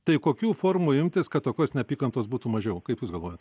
tai kokių formų imtis kad tokios neapykantos būtų mažiau kaip jūs galvojat